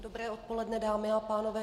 Dobré odpoledne, dámy a pánové.